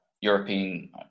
European